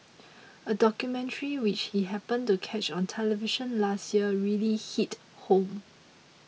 a documentary which he happened to catch on television last year really hit home